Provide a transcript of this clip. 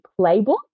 Playbook